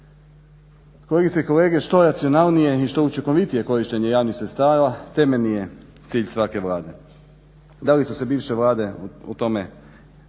Kolegice i kolege što racionalnije i što učinkovitije korištenje javnih sredstava temeljni je cilj svake Vlade. Da li su se bivše vlade u tome iskazale,